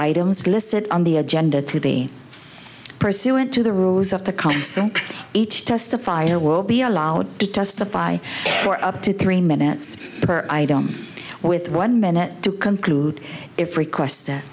items listed on the agenda to be pursuant to the rules of the consul each testify or will be allowed to testify for up to three minutes per item with one minute to conclude if requested